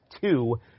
two